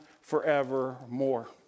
forevermore